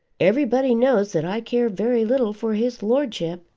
everybody knows that i care very little for his lordship,